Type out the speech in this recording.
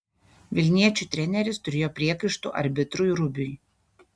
vilniečių treneris turėjo priekaištų arbitrui rubiui